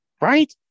right